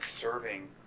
serving